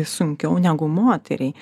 sunkiau negu moteriai